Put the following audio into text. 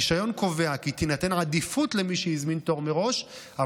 הרישיון קובע כי תינתן עדיפות למי שהזמין תור מראש,